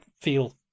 feel